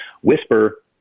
Whisper